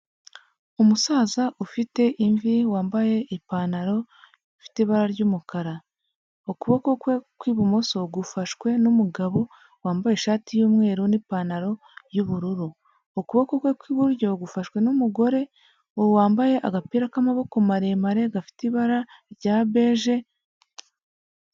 Umusaza ufite imvi wambaye ipantaro ifite ibara ry'umukara, ukuboko kwe kw'ibumoso gufashwe n'umugabo wambaye ishati y'umweru n'ipantaro y'ubururu, ukuboko kwe kw'iburyo gufashwe n'umugore wambaye agapira k'amaboko maremare gafite ibara rya beje.